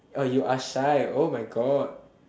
oh you are shy oh my god